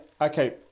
Okay